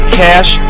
cash